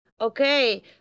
Okay